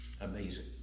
Amazing